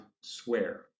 swear